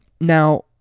Now